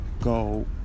go